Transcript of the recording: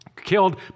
Killed